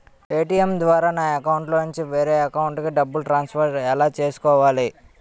ATM ద్వారా నా అకౌంట్లోనుంచి వేరే అకౌంట్ కి డబ్బులు ట్రాన్సఫర్ ఎలా చేసుకోవాలి?